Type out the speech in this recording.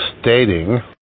stating